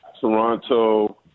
Toronto